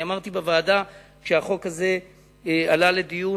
אמרתי בוועדה, כשהחוק הזה עלה לדיון